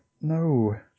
No